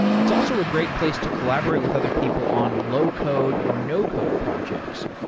it's also a great place to collaborate with other people on low code or no code projects,